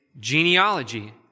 genealogy